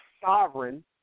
sovereign